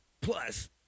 Plus